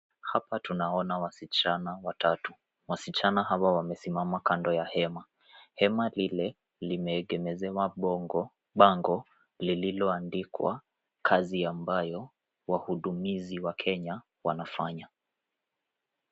Hapa tunaona wasichana watatu, wasichana hawa wamesimama kando ya hema. Hema lile limeegemeze bongo, bango lililoandikwa kazi ambayo wahudumizi wa kenya wanafanya.